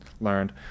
learned